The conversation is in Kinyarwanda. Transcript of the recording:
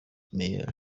mueller